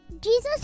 Jesus